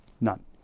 none